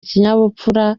ikinyabupfura